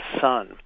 sun